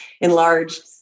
enlarged